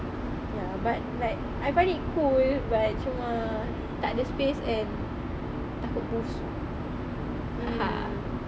ya but like I find it cool but cuma takda space and takut busuk haha